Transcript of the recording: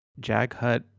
Jaghut